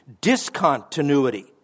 discontinuity